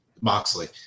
Moxley